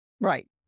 Right